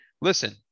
Listen